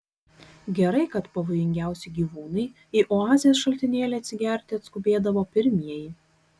gerai kad pavojingiausi gyvūnai į oazės šaltinėlį atsigerti atskubėdavo pirmieji